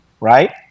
Right